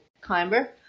climber